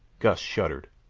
gust shuddered.